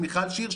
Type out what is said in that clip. מיכל שיר,